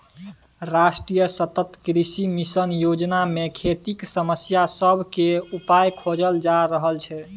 राष्ट्रीय सतत कृषि मिशन योजना मे खेतीक समस्या सब केर उपाइ खोजल जा रहल छै